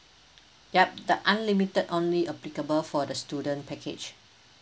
yup the unlimited only applicable for the student package